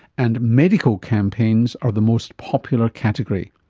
and medical campaigns are the most popular category.